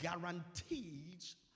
guarantees